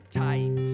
tight